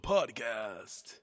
Podcast